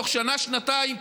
תוך שנה-שנתיים,